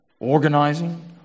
organizing